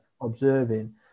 observing